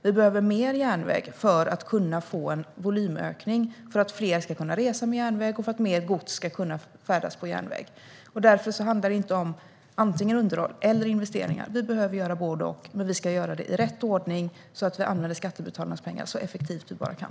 Vi behöver mer järnväg för att kunna få en volymökning så att fler ska kunna resa med järnväg och mer gods ska kunna färdas på järnväg. Därför handlar det inte om antingen underhåll eller investeringar. Vi behöver göra både och, men vi ska göra det i rätt ordning så att vi använder skattebetalarnas pengar så effektivt vi bara kan.